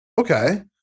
okay